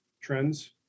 trends